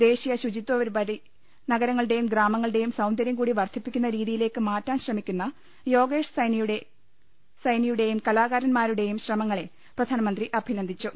ദേശീയ ശുചിത്വ പരിപാടി നഗരങ്ങളുടേയും ഗ്രാമങ്ങളുടേയും സൌന്ദ ര്യംകൂടി വർദ്ധിപ്പിക്കുന്ന രീതിയിലേക്ക് മാറ്റാൻ ശ്രമിക്കുന്ന യോഗേഷ് സൈനിയുടെയും കലാകാരന്മാരുടെയും ശ്രമങ്ങളെ പ്രധാനമന്ത്രി അഭി നന്ദിച്ചു